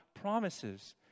promises